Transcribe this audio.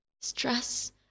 Stress